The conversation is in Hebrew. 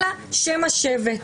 אלא שם השבט.